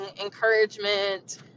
encouragement